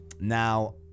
Now